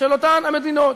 של אותן המדינות,